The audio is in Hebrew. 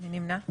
מי נמנע?